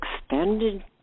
extended